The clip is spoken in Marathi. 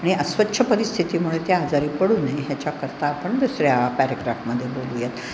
आणि अस्वच्छ परिस्थितीमुळे त्या आजारी पडू नये ह्याच्याकरता आपण दुसऱ्या पॅरेग्राफमध्ये बोलूयात